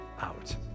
out